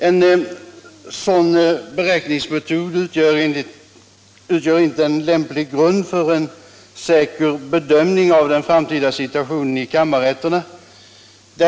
En sådan beräkningsmetod utgör inte en lämplig grund för en säker bedömning av den framtida situationen i kammarrätterna.